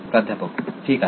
प्राध्यापक ठीक आहे